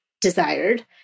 desired